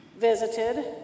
visited